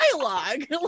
dialogue